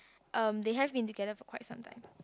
um they have been together for quite some time